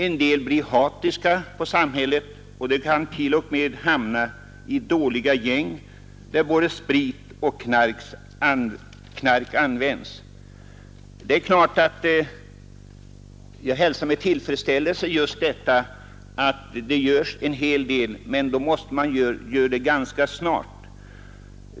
Somliga blir hatiska mot samhället, och de kan t.o.m. hamna i dåliga gäng där både sprit och knark används. Det är klart att jag hälsar med tillfredsställelse att det görs en hel del, men det som görs måste ge resultat ganska snart.